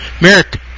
Merrick